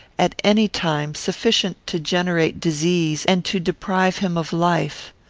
at any time, sufficient to generate disease and to deprive him of life.